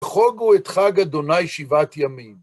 חוגו את חג אדוני שבעת ימים.